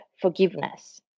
forgiveness